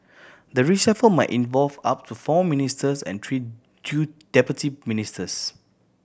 the reshuffle might involve up to four ministers and three due deputy ministers